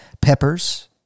Peppers